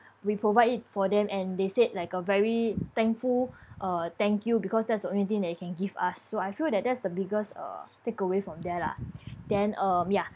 we provide it for them and they said like a very thankful uh thank you because that's the only thing they can give us so I feel that that's the biggest uh take away from there lah then uh ya